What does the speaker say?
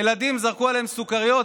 ילדים זרקו עליהם סוכריות,